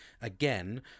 again